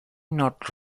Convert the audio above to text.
not